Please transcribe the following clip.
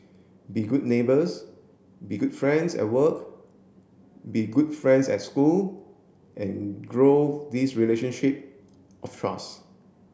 be good neighbours be good friends at work be good friends at school and grow this relationship of trust